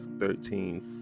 thirteen